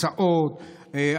הסעות,